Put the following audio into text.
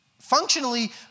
Functionally